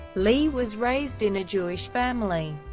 lee was raised in a jewish family.